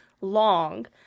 long